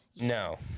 No